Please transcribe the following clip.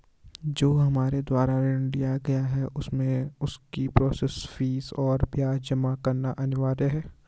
जो हमारे द्वारा ऋण लिया गया है उसमें उसकी प्रोसेस फीस और ब्याज जमा करना अनिवार्य है?